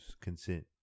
consent